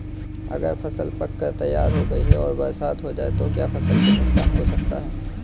अगर फसल पक कर तैयार हो गई है और बरसात हो जाए तो क्या फसल को नुकसान हो सकता है?